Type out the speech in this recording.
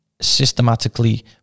systematically